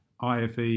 IFE